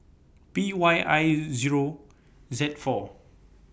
P Y I Zero Z four